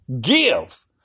give